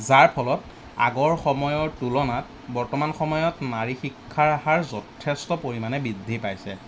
যাৰ ফলত আগৰ সময়ৰ তুলনাত বৰ্তমান সময়ত নাৰী শিক্ষাৰ হাৰ যথেষ্ট পৰিমাণে বৃদ্ধি পাইছে